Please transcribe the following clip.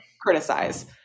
criticize